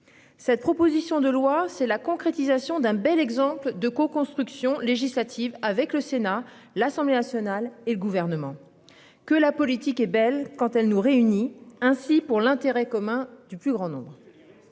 Cette proposition de loi, c'est la concrétisation d'un bel exemple de coconstruction législative avec le Sénat, l'Assemblée nationale et le gouvernement que la politique est belle quand elle nous réunit ainsi pour l'intérêt commun du plus grand nombre.